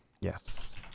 Yes